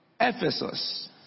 Ephesus